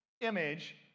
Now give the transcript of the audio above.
image